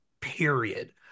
period